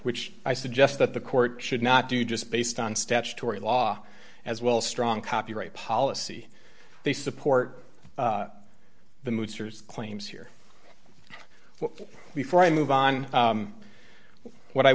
which i suggest that the court should not do just based on statutory law as well strong copyright policy they support the moochers claims here before i move on what i